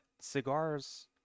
cigars